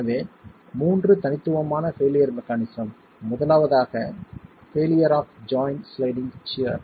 எனவே மூன்று தனித்துவமான பெயிலியர் மெக்கானிசம் முதலாவதாக failure of joint sliding shear